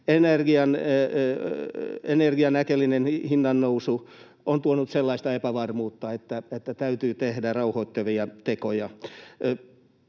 Energian äkillinen hinnannousu on tuonut sellaista epävarmuutta, että täytyy tehdä rauhoittavia tekoja.